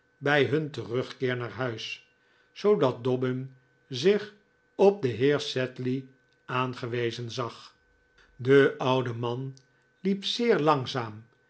bij hun terugkeer naar huis zoodat dobbin zich op den heer sedley aangewezen zag de oude man liep zeer langzaam